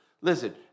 Listen